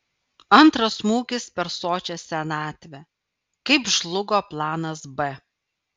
antras smūgis per sočią senatvę kaip žlugo planas b